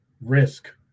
risk